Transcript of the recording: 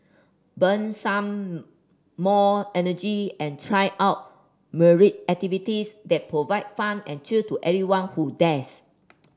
burn some more energy and try out myriad activities that provide fun and thrill to anyone who dares